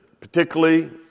particularly